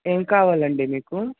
ఏం కావాలండి మీకు